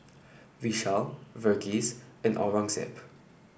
Vishal Verghese and Aurangzeb